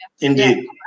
indeed